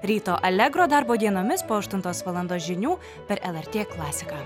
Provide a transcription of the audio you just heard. ryto alegro darbo dienomis po aštuntos valandos žinių per lrt klasiką